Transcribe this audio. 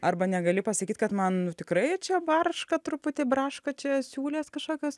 arba negali pasakyt kad man nu tikrai čia barška truputį braška čia siūlės kažkokios